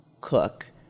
cook